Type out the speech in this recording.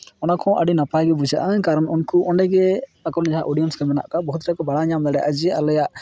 ᱚᱱᱟᱠᱚᱦᱚᱸ ᱟᱹᱰᱤ ᱱᱟᱯᱭᱜᱮ ᱵᱩᱡᱷᱟᱹᱜᱼᱟ ᱠᱟᱨᱚᱱ ᱩᱱᱠᱩ ᱚᱸᱰᱮᱜᱮ ᱟᱠᱚᱨᱮᱱ ᱡᱟᱦᱟᱸᱭ ᱚᱰᱤᱭᱮᱱᱥ ᱠᱚ ᱢᱮᱱᱟᱜ ᱠᱚᱣᱟ ᱵᱩᱦᱩᱫ ᱠᱤᱪᱷᱩ ᱠᱚ ᱵᱟᱲᱟᱭ ᱧᱟᱢ ᱫᱟᱲᱮᱭᱟᱜᱼᱟ ᱡᱮ ᱟᱞᱮᱭᱟᱜ